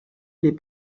les